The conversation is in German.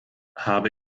habe